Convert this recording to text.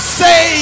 say